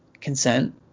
consent